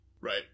right